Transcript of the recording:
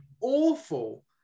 awful